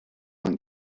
going